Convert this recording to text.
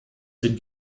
den